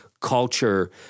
culture